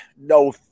no